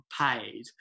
paid